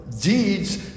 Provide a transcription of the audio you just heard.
deeds